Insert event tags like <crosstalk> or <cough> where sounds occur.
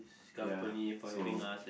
ya <breath> so